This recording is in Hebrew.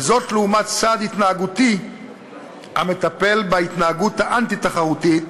וזאת לעומת סעד התנהגותי המטפל בהתנהגות האנטי-תחרותית,